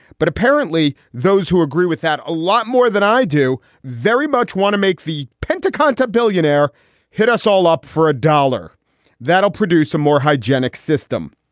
but apparently those who agree with that a lot more than i do very much want to make the penta content billionaire hit us all up for a dollar that will produce a more hygenic system.